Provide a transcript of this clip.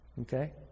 Okay